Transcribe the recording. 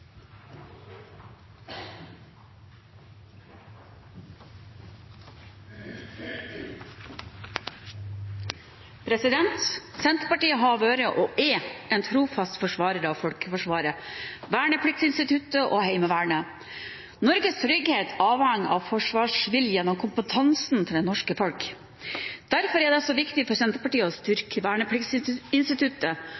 en trofast forsvarer av folkeforsvaret, vernepliktinstituttet og Heimevernet. Norges trygghet avhenger av forsvarsviljen og kompetansen til det norske folk. Derfor er det så viktig for Senterpartiet å